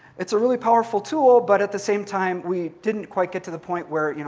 it's a really powerful tool, but at the same time we didn't quite get to the point where, you know